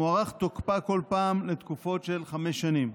מוארך תוקפה כל פעם לתקופות של חמש שנים.